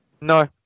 No